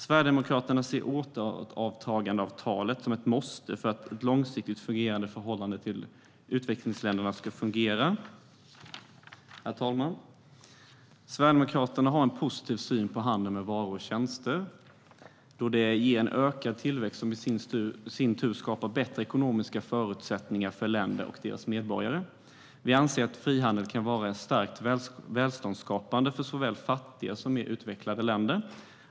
Sverigedemokraterna ser återtagandeavtal som ett måste för ett långsiktigt fungerande förhållande till utvecklingsländerna. Herr talman! Sverigedemokraterna har en positiv syn på handel med varor och tjänster, då det ger en ökad tillväxt som i sin tur skapar bättre ekonomiska förutsättningar för länder och deras medborgare. Vi anser att frihandel kan vara starkt välståndsskapande för såväl fattiga som mer utvecklade länder.